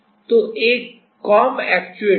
तो comb actuator क्या है